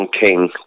King